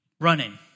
running